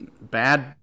bad